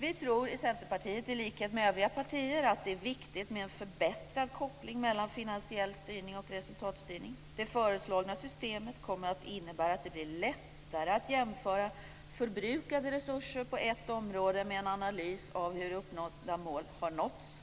Vi i Centerpartiet tror, i likhet med övriga partier, att det är viktigt med en förbättrad koppling mellan finansiell styrning och resultatstyrning. Det föreslagna systemet kommer att innebära att det blir lättare att jämföra förbrukade resurser på ett område med en analys av hur uppsatta mål har nåtts.